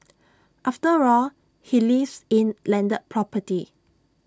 after all he lives in landed property